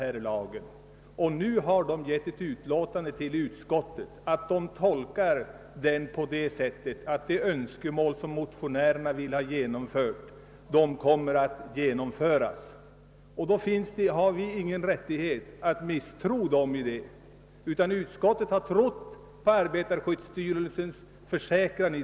I sitt yttrande över motionen förklarar nu styrelsen att den tolkar lagen så, att de önskemål som motionärerna har uttalat kommer att uppfyllas. Vi har ingen rätt att misstro vad styrelsen har uttalat; utskottet har trott på arbetarskyddsstyrelsens försäkran.